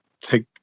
take